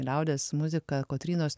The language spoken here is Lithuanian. liaudies muzika kotrynos